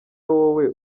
wowe